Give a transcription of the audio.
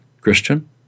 Christian